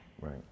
Right